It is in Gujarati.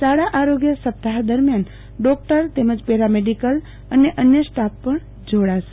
શાળા આરોગ્ય સપ્તાહ દરમ્યાન ડોક્ટર તેમજ પેરામેડિકલ અને અન્ય સ્ટાફ પણ જોડાશે